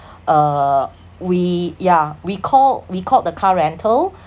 uh we yeah we called we called the car rental